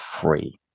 free